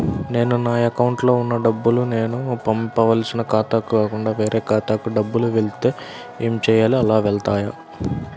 నేను నా అకౌంట్లో వున్న డబ్బులు నేను పంపవలసిన ఖాతాకి కాకుండా వేరే ఖాతాకు డబ్బులు వెళ్తే ఏంచేయాలి? అలా వెళ్తాయా?